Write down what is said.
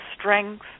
strength